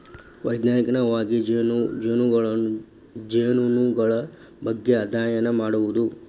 ವೈಜ್ಞಾನಿಕವಾಗಿ ಜೇನುನೊಣಗಳ ಬಗ್ಗೆ ಅದ್ಯಯನ ಮಾಡುದು